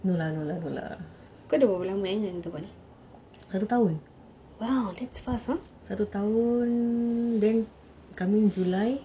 kau dah buat berapa lama di tempat ini !wow! that's fast ah